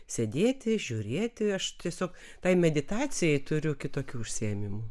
sėdėti žiūrėti aš tiesiog tai meditacijai turiu kitokių užsiėmimų